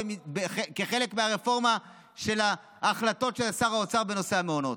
כחלק מהרפורמה של ההחלטות של שר האוצר בנושא המעונות,